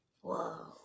Whoa